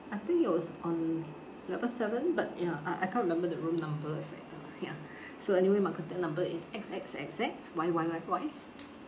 I think it was on level seven but ya I I can't remember the room numbers like uh ya so anyway my contact number is X X X X Y Y Y Y